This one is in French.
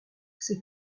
c’est